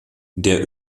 der